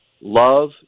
Love